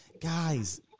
Guys